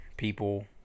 people